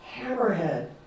Hammerhead